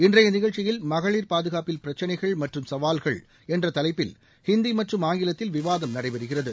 இன்றைய நிகழ்ச்சியில் மகளிர் பாதுகாப்பில் பிரச்சினைகள் மற்றும் சவால்கள் என்ற தலைப்பில் இந்தி மற்றும் ஆங்கிலத்தில் விவாதம் நடைபெறுகிறது